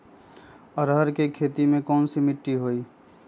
अरहर के खेती मे कैसन मिट्टी होइ?